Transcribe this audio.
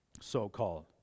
so-called